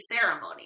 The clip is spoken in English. ceremony